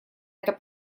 это